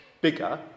bigger